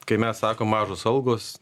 kai mes sakom mažos algos